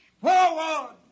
forward